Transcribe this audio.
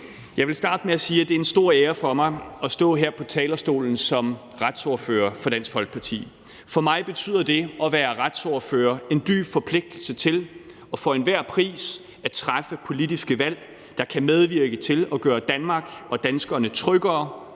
Jeg vil starte med at sige, at det er en stor ære for mig at stå her på talerstolen som retsordfører for Dansk Folkeparti. For mig betyder det at være retsordfører en dyb forpligtelse til – og for enhver pris – at træffe politiske valg, der kan medvirke til at gøre Danmark og danskerne tryggere,